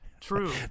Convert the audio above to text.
True